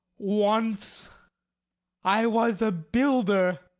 once i was a builder.